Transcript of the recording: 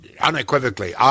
unequivocally